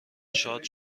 شاد